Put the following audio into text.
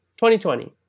2020